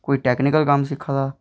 कोई टेक्नीकल कम्म सिक्खा दा